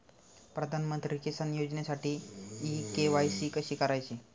प्रधानमंत्री किसान योजनेसाठी इ के.वाय.सी कशी करायची?